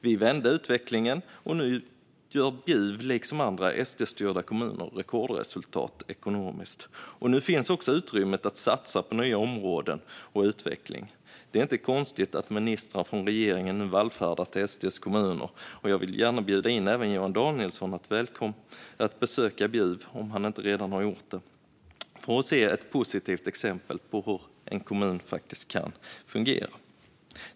Vi vände utvecklingen, och nu gör Bjuv liksom andra SD-styrda kommuner rekordresultat ekonomiskt. Nu finns också utrymme att satsa på nya områden och på utveckling. Det är inte konstigt att ministrar från regeringen nu vallfärdar till SD:s kommuner. Och jag vill gärna bjuda in även Johan Danielsson att besöka Bjuv om han inte redan har gjort det för att se ett positivt exempel på hur en kommun faktiskt kan fungera.